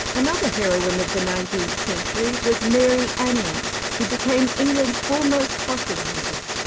another heroine of the nineteenth century was mary anning, who became england's foremost fossil hunter.